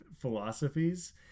philosophies